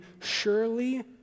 surely